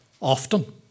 often